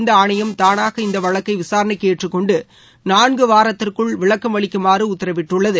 இந்த ஆணையம் தானாக இந்த வழக்கை விசாரணைக்கு ஏற்றுக் கொண்டு நான்கு வாரத்திற்குள் விளக்கம் அளிக்குமாறு உத்தரவிட்டுள்ளது